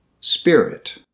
Spirit